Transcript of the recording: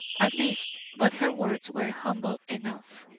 at least. but her words were humble enough.